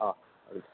ହଁ